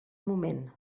moment